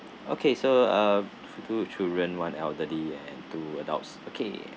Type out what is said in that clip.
okay so uh two children one elderly and two adults okay